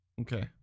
Okay